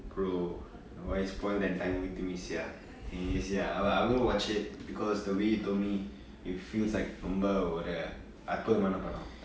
bro why you spoil the entire movie to me sia ya still I'll I'm going to watch it because the way you told me it feels like ரொம்ப ஒறு அர்புதமான படம்:romba oru arputhamaana padam